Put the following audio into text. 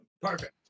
perfect